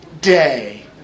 day